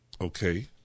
Okay